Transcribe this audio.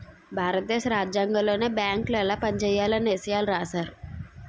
భారత దేశ రాజ్యాంగంలోనే బేంకులు ఎలా పనిజేయాలన్న ఇసయాలు రాశారు